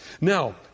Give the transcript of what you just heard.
Now